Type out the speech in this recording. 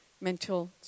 mental